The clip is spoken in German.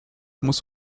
muss